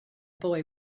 boy